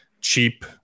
cheap